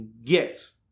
Yes